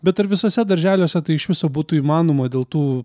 bet ar visuose darželiuose tai iš viso būtų įmanoma dėl tų